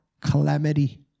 calamity